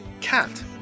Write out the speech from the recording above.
cat